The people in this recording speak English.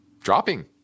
dropping